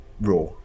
raw